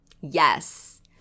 yes